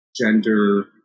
gender